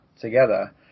together